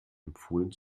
empfohlen